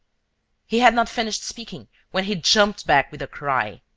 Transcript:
he had not finished speaking, when he jumped back with a cry.